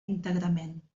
íntegrament